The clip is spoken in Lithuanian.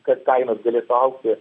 kad kainos galėtų augti